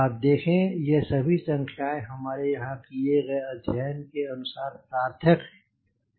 आप देखें ये सभी संख्याएं हमारे यहाँ किये गए अध्ययन के अनुसार सार्थक हैं